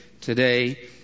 today